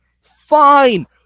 Fine